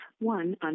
one